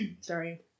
Sorry